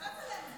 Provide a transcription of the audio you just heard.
תצטרף אלינו.